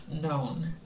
known